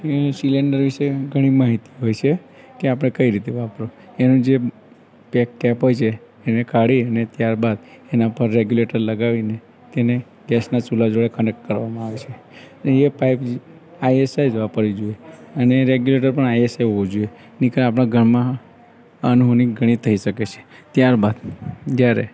cylinder વિષે ઘણી માહિતી હોય સે કે આપણે કઈ રીતે વાપરવો એનું જે પેક કેપ હોય છે એને કાઢી અને ત્યારબાદ એના ઉપર રેગ્યુલેટર લગાવીને તેને ગેસના ચૂલા જોડે કનેક્ટ કરવામાં આવે છે એ પાઇપ આઈએસઆઈ જ વાપરવી જોઈએ અને એ રેગ્યુલેટર પણ આઈએસઆઈ હોવો જોઈએ નીકણ આપણા ઘરમાં અનહોની ઘણી થઈ શકે છે ત્યારબાદ જ્યારે